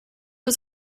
was